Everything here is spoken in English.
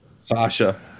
Sasha